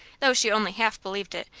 though she only half believed it,